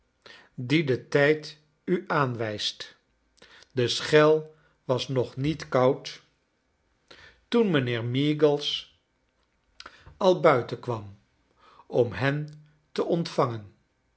dien de tijd u aanwijst dc schel was nog niet koud toen mijnheer meagles al buiten kwam om hen te ontvangen